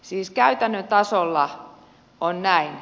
siis käytännön tasolla on näin